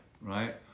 right